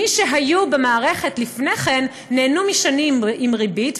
מי שהיו במערכת לפני כן נהנו משנים עם ריבית,